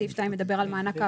סעיף 2 מדבר על מענק העבודה.